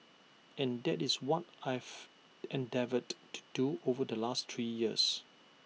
and that is what I've endeavoured to do over the last three years